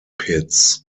pits